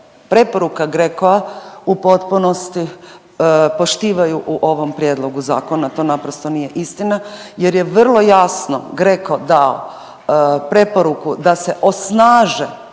preporuka GRECO-a u potpunosti poštivaju u ovom prijedlogu zakona. To naprosto nije istina jer je vrlo jasno GRECO dao preporuku da se osnaže